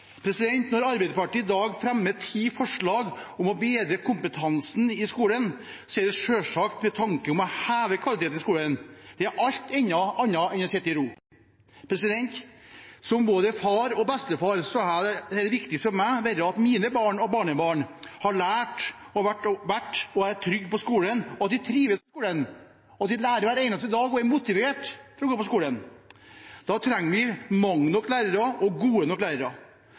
skolen. Når Arbeiderpartiet i dag fremmer ti forslag om å bedre kompetansen i skolen, er det selvsagt med tanke på å heve kvaliteten i skolen. Det er alt annet enn å sitte i ro. Som både far og bestefar er det viktig for meg at mine barn og barnebarn har vært og er trygge på skolen, og at de trives på skolen, at de lærer hver eneste dag og er motivert til å gå på skolen. Da trenger vi mange nok lærere og gode nok lærere,